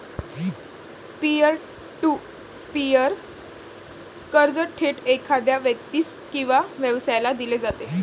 pier to peer कर्ज थेट एखाद्या व्यक्तीस किंवा व्यवसायाला दिले जाते